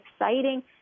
exciting